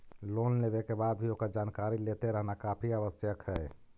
loan लेवे के बाद भी ओकर जानकारी लेते रहना काफी आवश्यक हइ